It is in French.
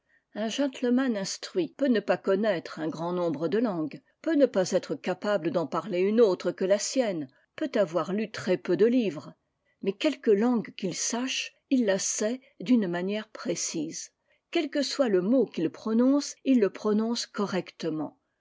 un gentleman instruit peut ne pas connaître un grand nombre de langues peut ne pas être capable d'en parler une autre que la sienne peut avoir lu très peu de livres mais quelque langue qu'il sache il la sait d'une manière précise quel que soit le mot qu'il prononce ille prononce correctement